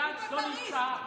גנץ לא מגיע למליאה בכלל.